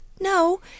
No